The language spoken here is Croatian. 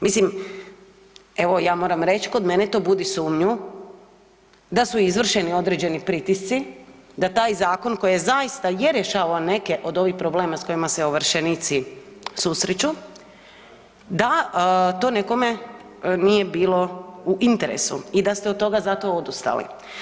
Mislim evo ja moram reći kod mene to budi sumnju da su izvršeni određeni pritisci da taj zakon koji je zaista je rješavao neke od ovih problema s kojima se ovršenici susreću da to nekome nije bilo u interesu i da ste od toga zato odustali.